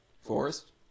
Forest